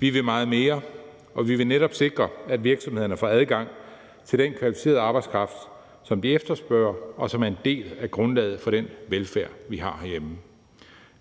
Vi vil meget mere, og vi vil netop sikre, at virksomhederne får adgang til den kvalificerede arbejdskraft, som de efterspørger, og som er en del af grundlaget for den velfærd, vi har herhjemme.